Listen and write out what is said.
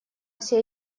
все